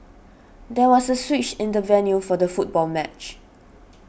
there was a switch in the venue for the football match